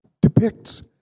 depicts